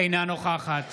אינה נוכחת